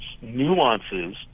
nuances